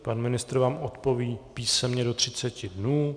Pan ministr vám odpoví písemně do třiceti dnů.